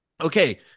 Okay